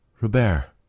Robert